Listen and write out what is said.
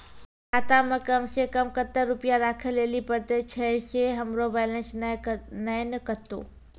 खाता मे कम सें कम कत्ते रुपैया राखै लेली परतै, छै सें हमरो बैलेंस नैन कतो?